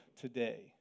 today